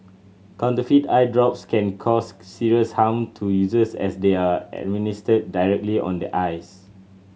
counterfeit eye drops can cause serious harm to users as they are administered directly on the eyes